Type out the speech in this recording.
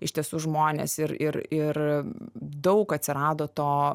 iš tiesų žmones ir ir ir daug atsirado to